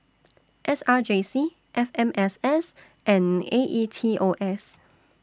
S R J C F M S S and A E T O S